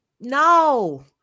no